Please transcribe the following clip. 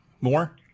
more